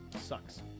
Sucks